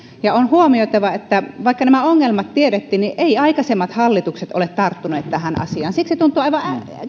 on huomioitava että vaikka nämä ongelmat tiedettiin niin eivät aikaisemmat hallitukset ole tarttuneet tähän asiaan siksi tuntuu aivan